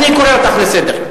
אני קורא אותך לסדר.